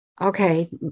okay